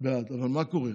אבל מה קורה?